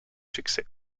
succès